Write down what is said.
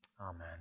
Amen